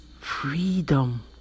freedom